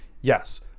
yes